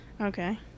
okay